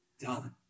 done